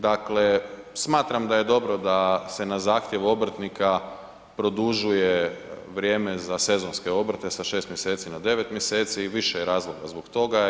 Dakle, smatram da je dobro da se na zahtjev obrtnika produžuje vrijeme za sezonske obrte sa 6 mjeseci na 9 mjeseci i više je razloga zbog toga.